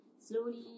Slowly